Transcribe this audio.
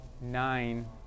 nine